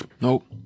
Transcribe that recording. nope